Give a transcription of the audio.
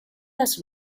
las